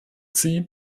sie